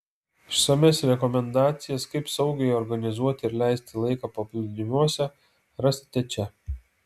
išsamias rekomendacijas kaip saugiai organizuoti ir leisti laiką paplūdimiuose rasite čia